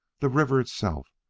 the river itself,